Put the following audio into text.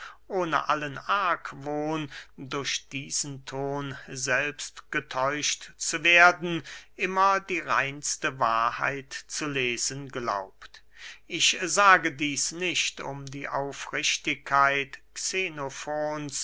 ohne allen argwohn durch diesen ton selbst getäuscht zu werden immer die reinste wahrheit zu lesen glaubt ich sage dieß nicht um die aufrichtigkeit